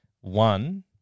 One